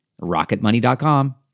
Rocketmoney.com